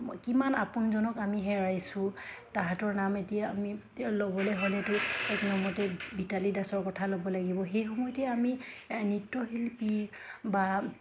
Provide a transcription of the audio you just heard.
কিমান আপোনজনক আমি হেৰাইছোঁ তাহাঁতৰ নাম এতিয়া আমি ল'বলৈ হ'লেতো এক নম্বৰতে ভিতালী দাসৰ কথা ল'ব লাগিব সেই সময়তে আমি নৃত্যশিল্পী বা